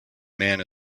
man